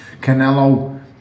Canelo